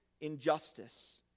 injustice